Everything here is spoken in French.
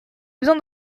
besoin